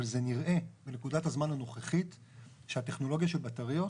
אבל זה נראה בנקודת הזמן הנוכחית שהטכנולוגיה של בטריות,